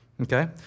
Okay